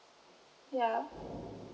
ya